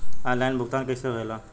Online भुगतान कैसे होए ला?